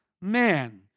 man